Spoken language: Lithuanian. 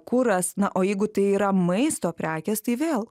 kuras na o jeigu tai yra maisto prekės tai vėl